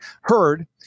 heard